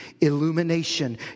illumination